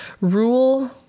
rule